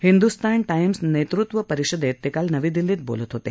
Hindustan Times नेतृत्व परिषदेत ते काल नवी दिल्लीत बोलत होते